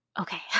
okay